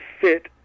fit